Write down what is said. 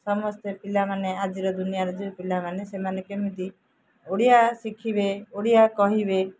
ସମସ୍ତେ ପିଲାମାନେ ଆଜିର ଦୁନିଆର ଯେଉଁ ପିଲାମାନେ ସେମାନେ କେମିତି ଓଡ଼ିଆ ଶିଖିବେ ଓଡ଼ିଆ କହିବେ